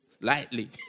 lightly